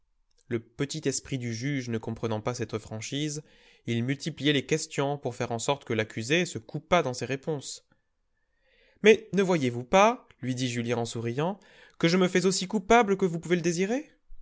le petit esprit du juge ne comprenant pas cette franchise il multipliait les questions pour faire en sorte que l'accusé se coupât dans ses réponses mais ne voyez-vous pas lui dit julien en souriant que je me fais aussi coupable que vous pouvez le désirer